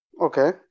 Okay